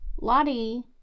Lottie